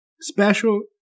special